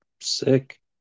Sick